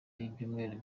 y’ibyumweru